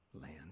land